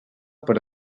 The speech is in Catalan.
per